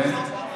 כן?